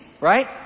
right